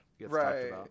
Right